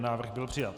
Návrh byl přijat.